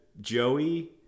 Joey